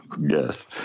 Yes